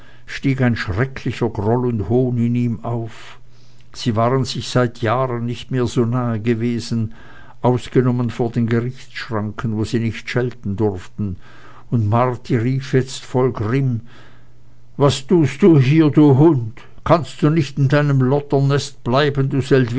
stieg ein schrecklicher groll und hohn in ihm auf sie waren sich seit jahren nicht so nahe gewesen ausgenommen vor den gerichtsschranken wo sie nicht schelten durften und marti rief jetzt voll grimm was tust du hier du hund kannst du nicht in deinem lotterneste bleiben